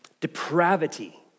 depravity